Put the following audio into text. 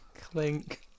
Clink